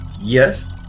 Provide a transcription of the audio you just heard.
Yes